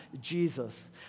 Jesus